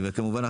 וכמובן,